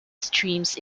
streams